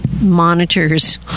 monitors